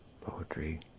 poetry